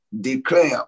declare